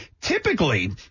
typically